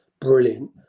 brilliant